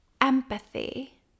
empathy